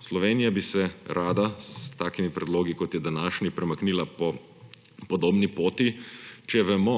Slovenija bi se rada s takimi predlogi, kot je današnji, premaknila po podobni poti, če vemo,